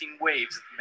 waves